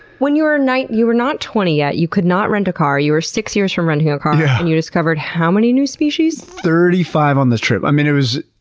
when you were, you were not twenty yet. you could not rent a car. you were six years from renting a car yeah and you discovered how many new species? thirty-five on this trip. i mean it was,